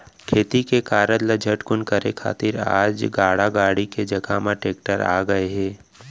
खेती के कारज ल झटकुन करे खातिर आज गाड़ा गाड़ी के जघा म टेक्टर आ गए हे